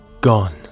Gone